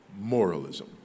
moralism